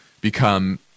become